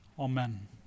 Amen